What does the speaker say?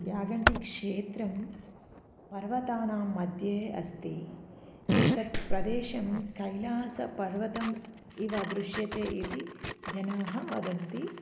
यागण्टिक्षेत्रं पर्वतानाम्मध्ये अस्ति एतत् प्रदेशं कैलासपर्वतम् इव दृश्यते इति जनाः वदन्ति